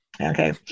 okay